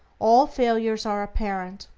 all failures are apparent,